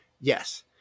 Yes